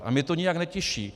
A mě to nijak netěší.